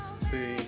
see